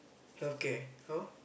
healthcare how